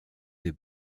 des